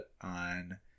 on